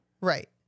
Right